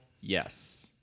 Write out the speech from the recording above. Yes